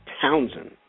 Townsend